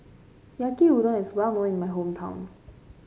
Yaki Udon is well known in my hometown